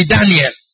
Daniel